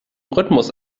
rhythmus